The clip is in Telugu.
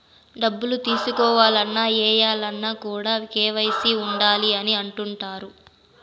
డబ్బులు తీసుకోవాలన్న, ఏయాలన్న కూడా కేవైసీ ఉండాలి అని అంటుంటారు